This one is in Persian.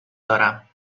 دارم